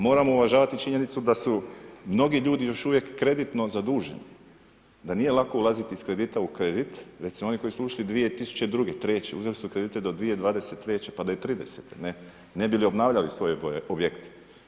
Moramo uvažavati činjenicu da su mnogi ljudi još uvijek kreditno zaduženi, da nije lako ulaziti s kredita u kredit, recimo oni koji su ušli 2002., 2003. uzeli su kredite do 2023., pa do i 2030., ne, ne bi li obnavljali svoje objekte.